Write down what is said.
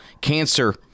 cancer